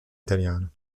italiana